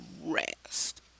rest